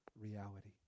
reality